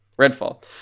redfall